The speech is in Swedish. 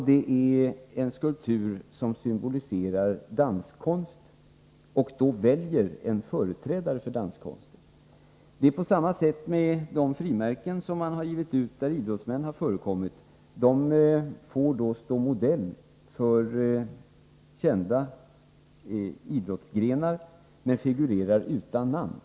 Det är en skulptur som symboliserar danskonsten, och man har då valt en företrädare för danskonsten. Det är på samma sätt med de frimärken där idrottsmän har förekommit. Dessa har fått stå modell för kända idrottsgrenar, men de figurerar utan namn.